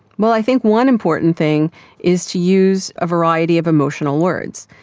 well, i think one important thing is to use a variety of emotional words.